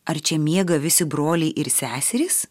ar čia miega visi broliai ir seserys